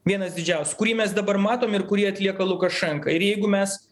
vienas didžiausių kurį mes dabar matom ir kurį atlieka lukašenka ir jeigu mes